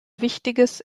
wichtiges